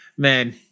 Man